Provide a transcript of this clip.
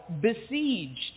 besieged